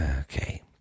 Okay